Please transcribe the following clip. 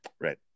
right